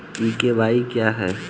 ई KYC क्या है?